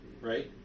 right